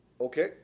Okay